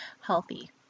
healthy